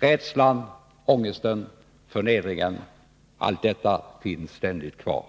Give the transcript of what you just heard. Rädslan, ångesten och förnedringen — allt detta finns ständigt kvar.